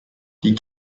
die